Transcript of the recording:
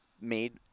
made